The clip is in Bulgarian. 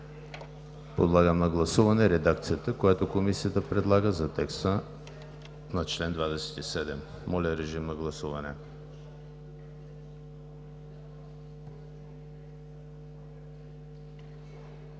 Подлагам на гласуване редакцията, която Комисията предлага за текста на чл. 27. Гласували